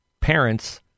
parents